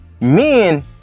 Men